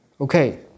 Okay